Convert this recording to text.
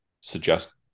suggest